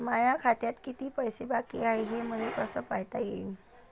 माया खात्यात किती पैसे बाकी हाय, हे मले कस पायता येईन?